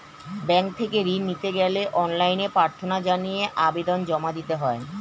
bank থেকে ঋণ নিতে গেলে অনলাইনে প্রার্থনা জানিয়ে আবেদন জমা দিতে হয়